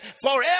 forever